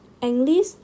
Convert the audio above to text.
English